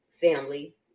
family